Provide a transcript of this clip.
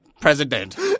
President